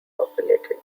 populated